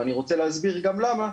ואני רוצה להסביר גם למה,